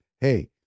hey